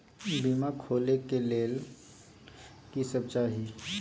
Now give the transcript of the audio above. बीमा खोले के लेल की सब चाही?